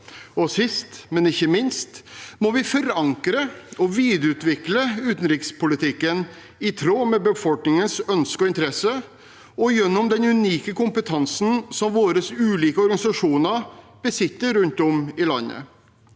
Sist, men ikke minst, må vi forankre og videreutvikle utenrikspolitikken i tråd med befolkningens ønsker og interesser og gjennom den unike kompetansen som våre ulike organisasjoner besitter rundt om i landet.